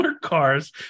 cars